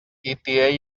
eta